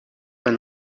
and